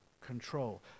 control